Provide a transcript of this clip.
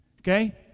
okay